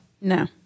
No